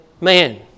man